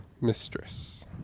Mistress